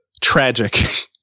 Tragic